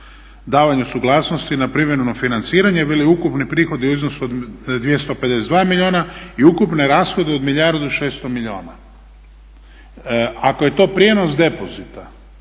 davanju suglasnosti na privremeno financiranje i veli ukupni prihodi u iznosu od 252 milijuna i ukupne rashode od milijardu i 600 milijuna. Ako je to prijenos depozita